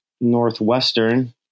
Northwestern